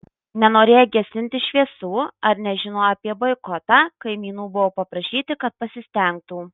nenorėję gesinti šviesų ar nežinoję apie boikotą kaimynų buvo paprašyti kad pasistengtų